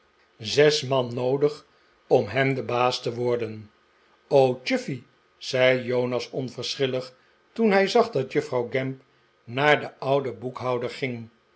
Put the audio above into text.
zes man noodig om hem baas te worden chuffey zei jonas onverschillig toen hij zag dat juffrouw gamp naar den ouden boekhouder ging